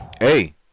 hey